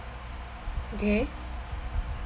okay